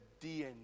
DNA